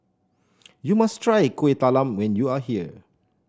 you must try Kueh Talam when you are here